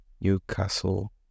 Newcastle